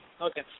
okay